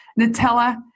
Nutella